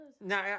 No